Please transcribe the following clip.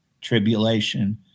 Tribulation